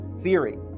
theory